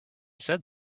said